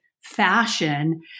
fashion